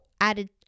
added